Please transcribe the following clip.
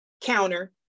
counter